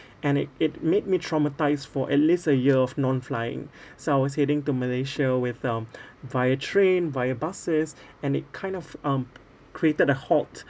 and it it made me traumatised for at least a year of non-flying so I was heading to malaysia with um via train via buses and it kind of um created a halt